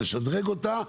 נשדרג אותה,